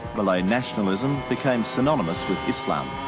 malay nationalism became synonymous with islam.